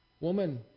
Woman